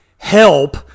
Help